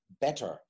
better